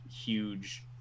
huge